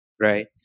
Right